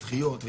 דחיות,